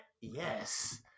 yes